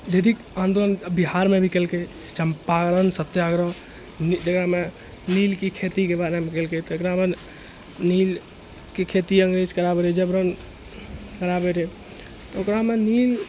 ढ़ेरिक आन्दोलन बिहारमे भी केलकै चम्पारण सत्याग्रह एक जगहमे नील की खेतीके बारेमे केलकै तकरा बाद नील की खेती अंग्रेज कराबै रहै तऽ ओकरामे नील